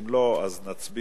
יציג